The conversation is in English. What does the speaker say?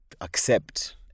accept